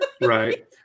Right